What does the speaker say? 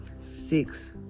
six